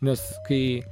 nes kai